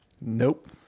nope